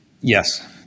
Yes